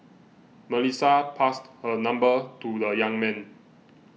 Melissa passed her number to the young man